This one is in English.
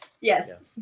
yes